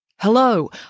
Hello